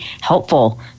helpful